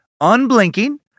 unblinking